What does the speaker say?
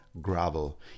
gravel